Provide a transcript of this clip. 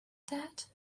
that